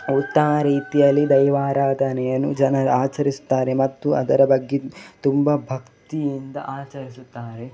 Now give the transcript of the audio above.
ಉತ್ತಮ ರೀತಿಯಲ್ಲಿ ದೈವಾರಾಧನೆಯನ್ನು ಜನರು ಆಚರಿಸ್ತಾರೆ ಮತ್ತು ಅದರ ಬಗ್ಗೆ ತುಂಬ ಭಕ್ತಿಯಿಂದ ಆಚರಿಸುತ್ತಾರೆ